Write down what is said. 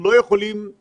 לא יכולים